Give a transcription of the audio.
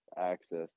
access